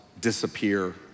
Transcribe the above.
disappear